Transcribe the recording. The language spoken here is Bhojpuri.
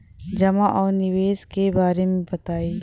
जमा और निवेश के बारे मे बतायी?